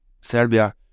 Serbia